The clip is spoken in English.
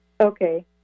Okay